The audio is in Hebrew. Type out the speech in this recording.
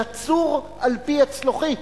לצור על פי צלוחית,